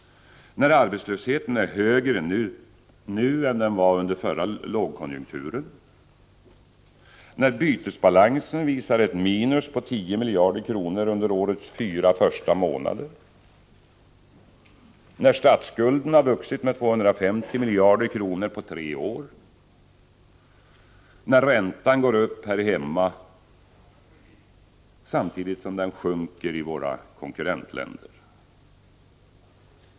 — när arbetslösheten är högre nu än den var under förra lågkonjunkturen? — när bytesbalansen visar ett minus på 10 miljarder kronor under årets fyra första månader? — när statsskulden har vuxit med 250 miljarder kronor på tre år? — när räntan går upp här hemma samtidigt som den sjunker i våra konkurrentländer?